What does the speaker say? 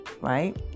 right